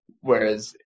Whereas